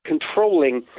controlling